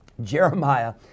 Jeremiah